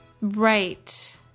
Right